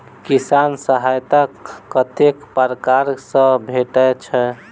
किसान सहायता कतेक पारकर सऽ भेटय छै?